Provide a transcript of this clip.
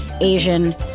Asian